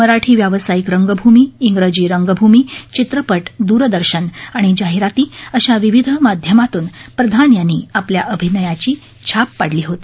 मराठी व्यावसायिक संध्रिमी इजिं राज्मिमी चित्रपट दूरदर्शन आणि जाहिराती अशा विविध माध्यमातून प्रधान यांनी आपल्या अभिनयाची छाप पाडली होती